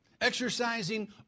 exercising